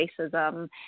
racism